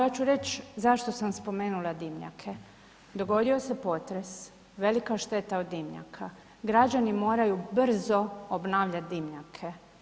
Ja ću reći zašto sam spomenula dimnjake, dogodio se potres, velika je šteta od dimnjaka, građani moraju brzo obnavljati dimnjake.